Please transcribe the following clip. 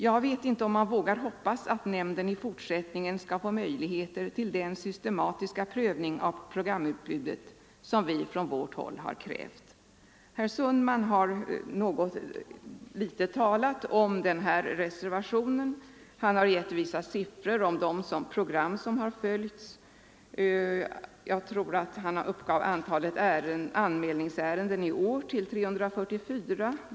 Jag vet inte om man vågar hoppas att nämnden i fortsättningen skall få möjligheter till den systematiska prövning av programutbudet som vi från vårt håll har krävt. Herr Sundman har något talat om vår reservation. Han :'har lämnat vissa uppgifter om de program som följts. Antalet anmälningsärenden i år uppgick till 344.